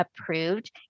approved